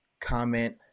comment